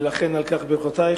ולכן על כך ברכותי.